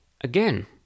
Again